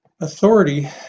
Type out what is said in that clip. Authority